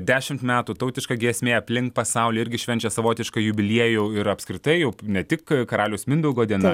dešimt metų tautiška giesmė aplink pasaulį irgi švenčia savotišką jubiliejų ir apskritai jau ne tik karaliaus mindaugo diena